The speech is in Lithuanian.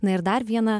na ir dar vieną